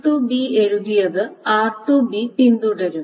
w2 എഴുതിയത് r2 പിന്തുടരും